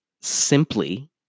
simply